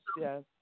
yes